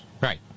Right